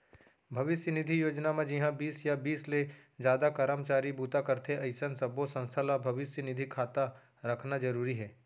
भविस्य निधि योजना म जिंहा बीस या बीस ले जादा करमचारी बूता करथे अइसन सब्बो संस्था ल भविस्य निधि खाता रखना जरूरी हे